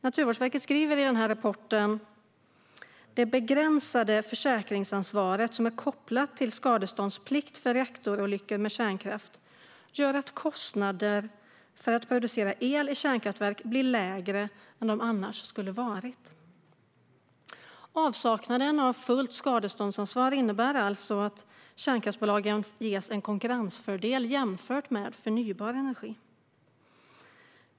Naturvårdsverket skriver i rapporten: Det begränsade försäkringsansvar som är kopplat till skadeståndsplikt vid reaktorolyckor med kärnkraft gör att kostnaderna för att producera el i kärnkraftverk blir lägre än de annars skulle ha varit. Avsaknaden av fullt skadeståndsansvar innebär alltså att kärnkraftsbolagen ges en konkurrensfördel jämfört med förnybar energi.